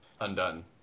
Undone